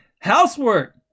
Housework